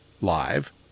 live